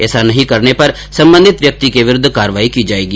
ऐसा नहीं करने पर संबंधित व्यक्ति के विरूद्व कार्यवाही की जाएगी